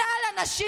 כלל הנשים